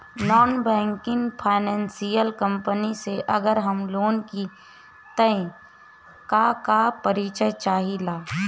Non banking financial company से अगर हम लोन लि त का का परिचय चाहे ला?